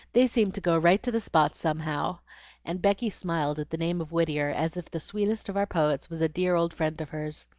they seem to go right to the spot somehow and becky smiled at the name of whittier as if the sweetest of our poets was a dear old friend of hers.